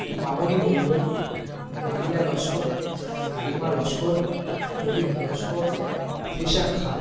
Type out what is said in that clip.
Mamoni Mondal Maria Laskar Karima Laskar Rohit Laskar Trisha Khan